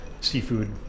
seafood